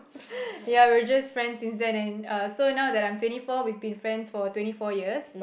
ya we're just friends since then so now that I'm twenty four we've been friends for twenty four years